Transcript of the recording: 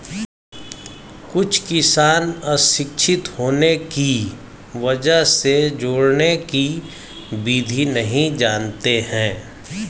कुछ किसान अशिक्षित होने की वजह से जोड़ने की विधि नहीं जानते हैं